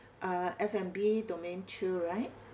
uh F&B domain two right